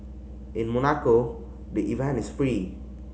in Monaco the event is free